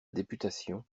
députation